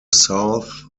south